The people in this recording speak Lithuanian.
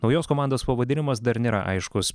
naujos komandos pavadinimas dar nėra aiškus